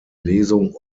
lesung